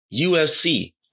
UFC